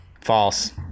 False